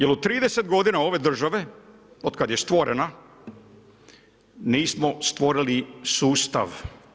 Jer u 30 godina ove države otkad je stvorena, nismo stvorili sustav.